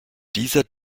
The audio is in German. dieser